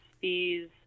fees